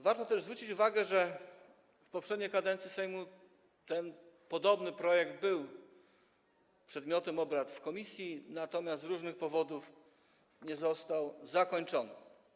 Warto też zwrócić uwagę, że w poprzedniej kadencji Sejmu podobny projekt był przedmiotem obrad komisji, natomiast z różnych powodów nie został zakończony.